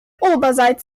oberseits